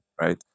right